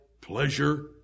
pleasure